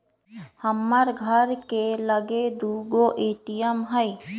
हमर घर के लगे दू गो ए.टी.एम हइ